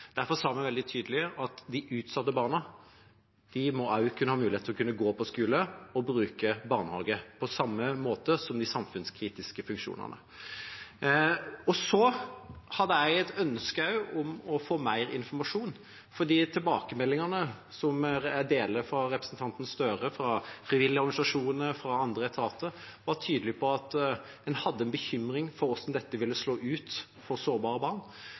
Derfor sa vi veldig tydelig at de utsatte barna også måtte ha mulighet til å kunne gå på skole og bruke barnehage, på samme måte som de samfunnskritiske funksjonene. Så hadde jeg også et ønske om å få mer informasjon, for de tilbakemeldingene som representanten Gahr Støre deler fra frivillige organisasjoner og andre etater, var tydelige på at en hadde en bekymring for hvordan dette ville slå ut for sårbare barn.